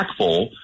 impactful